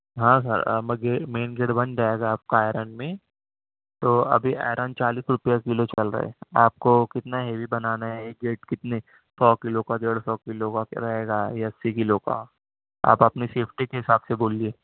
ہاں sir main gate بن جائے گا آپ کا آئرن میں تو ابھی آئرن چالیس روپیہ کلو چل رہا ہے آپ کو کتنا ہیوی بنانا ہے ایک گیٹ کتنے سو کلو کا ڈیڑھ سو کلو کا کہ رہے گا یا اسی کلو کا آپ اپنی سیفٹی کے حساب سے بولیے